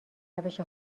روش